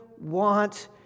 want